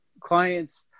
clients